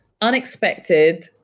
Unexpected